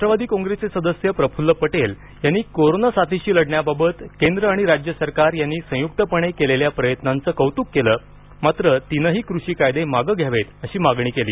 राष्ट्रवादी कॉंग्रेसचे सदस्य प्रफुल्ल पटेल यांनी कोरोना साथीशी लढण्याबाबत केंद्र आणि राज्य सरकारनं यांनी संयुक्तपणे केलेल्या प्रयत्नांच कौतुक केलं मात्र तीनही कृषी कायदे मागं घ्यावेत अशी मागणी केली